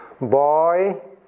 Boy